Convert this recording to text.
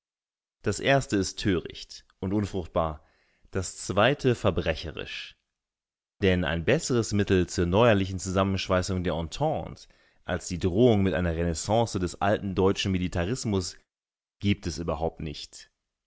das erste ist töricht und unfruchtbar das zweite verbrecherisch denn ein besseres mittel zur neuerlichen zusammenschweißung der entente als die drohung mit einer renaissance des alten deutschen militarismus gibt es überhaupt nicht